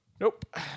Nope